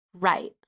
Right